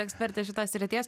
ekspertė šitos srities